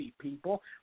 people